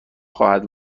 خواهد